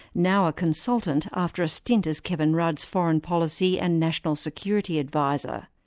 now a consultant after a stint as kevin rudd's foreign policy and national security advisor.